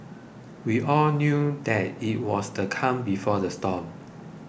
we all knew that it was the calm before the storm